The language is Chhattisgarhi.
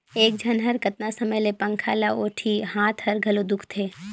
एक झन ह कतना समय ले पंखा ल ओटही, हात हर घलो दुखते